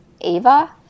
ava